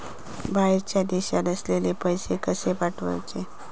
बाहेरच्या देशात असलेल्याक पैसे कसे पाठवचे?